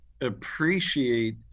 appreciate